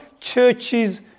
churches